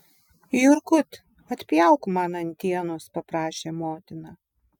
jurgut atpjauk man antienos paprašė motina